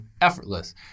effortless